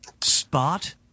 Spot